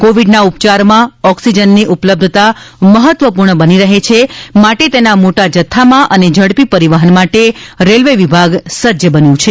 કોવિડના ઉપચારમાં ઓક્સિજનની ઉપલબ્ધતા મહત્વપૂર્ણ બની રહે છે માટે તેના મોટા જથ્થામાં અને ઝડપી પરીવહ્ન માટે રેલ્વે વિભાગ સજ્જ બન્યું છે